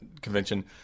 convention